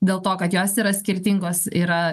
dėl to kad jos yra skirtingos yra